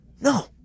no